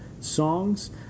songs